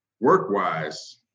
work-wise